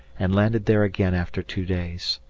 and landed there again after two days.